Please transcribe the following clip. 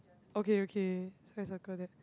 okay okay so I circle that